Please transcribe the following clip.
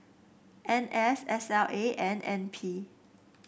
N S S L A and N P